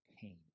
pain